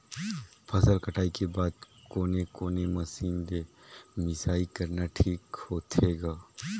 फसल कटाई के बाद कोने कोने मशीन ले मिसाई करना ठीक होथे ग?